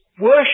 Worship